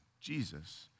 Jesus